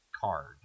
card